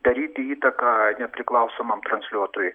daryti įtaką nepriklausomam transliuotojui